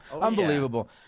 Unbelievable